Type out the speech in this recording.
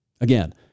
Again